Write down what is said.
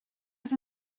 oedd